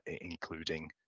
including